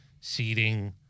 Seating